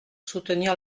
soutenir